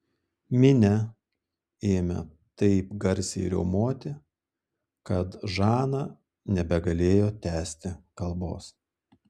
minia ėmė taip garsiai riaumoti kad žana nebegalėjo tęsti kalbos